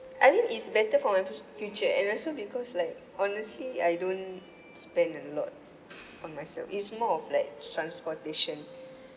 I think it's better for my fu~ future and also because like honestly I don't spend a lot on myself is more of like transportation